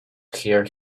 hear